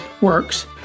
works